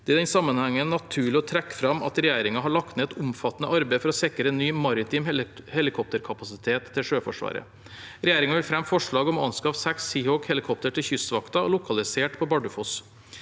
Det er i den sammenheng naturlig å trekke fram at regjeringen har lagt ned et omfattende arbeid for å sikre en ny maritim helikopterkapasitet til Sjøforsvaret. Regjeringen vil fremme forslag om å anskaffe seks Seahawk-helikoptre til Kystvakten lokalisert på Bardufoss.